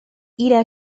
إلى